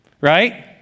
right